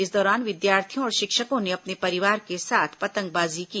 इस दौरान विद्यार्थियों और शिक्षकों ने अपने परिवार के साथ पतंगबाजी की